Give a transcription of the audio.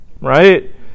right